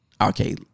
okay